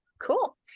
Cool